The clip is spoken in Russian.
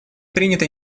принято